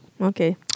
Okay